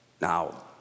Now